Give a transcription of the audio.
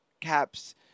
Cap's